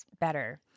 better